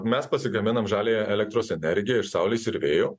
mes pasigaminam žaliąją elektros energiją iš saulės ir vėjo